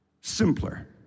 simpler